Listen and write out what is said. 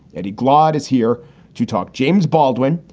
eddie glaude is here to talk. james baldwin,